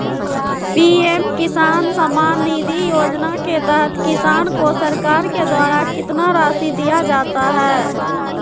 PM Kisan Samman Nidhi योजना के तहत किसान को सरकार के द्वारा कितना रासि दिया जाता है?